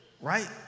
right